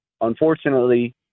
unfortunately